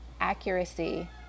accuracy